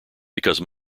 because